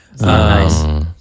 Nice